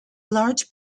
large